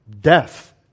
Death